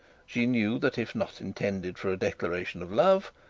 she knew that if not intended for a declaration of love,